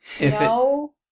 No